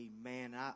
Amen